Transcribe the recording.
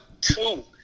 two